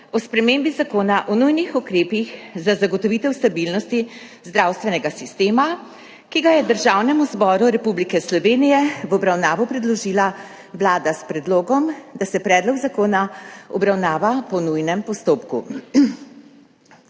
o spremembi Zakona o nujnih ukrepih za zagotovitev stabilnosti zdravstvenega sistema, ki ga je Državnemu zboru Republike Slovenije v obravnavo predložila Vlada s predlogom, da se predlog zakona obravnava po nujnem postopku.